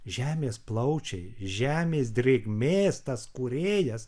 žemės plaučiai žemės drėgmės tas kūrėjas